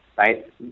Right